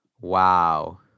Wow